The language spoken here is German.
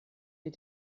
die